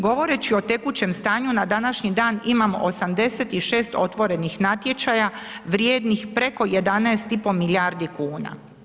Govoreći o tekućem stanju na današnji dan, imamo 86 otvorenih natječaja, vrijednih preko 11,5 milijardi kuna.